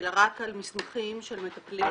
אלא רק על מסמכים של מטפלים,